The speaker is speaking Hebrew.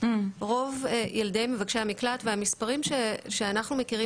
רוב ילדי מבקשי המקלט והמספרים שאנחנו מכירים